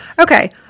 Okay